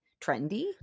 trendy